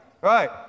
right